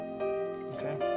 Okay